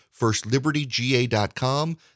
FirstLibertyGA.com